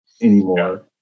anymore